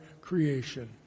creation